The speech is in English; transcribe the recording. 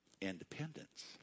independence